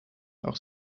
auch